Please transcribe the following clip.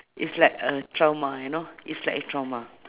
it's like a trauma you know it's like trauma